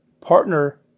partner